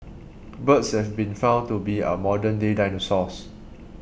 birds have been found to be our modern day dinosaurs